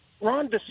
Ron